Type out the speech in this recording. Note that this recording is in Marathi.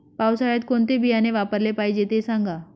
पावसाळ्यात कोणते बियाणे वापरले पाहिजे ते सांगा